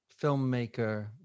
filmmaker